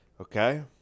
okay